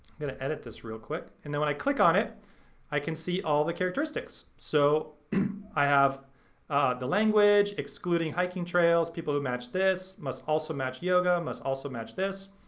gonna edit this real quick. and then when i click on it i can see all the characteristics. so i have the language, excluding hiking trails, people who match this must also match yoga must also match this.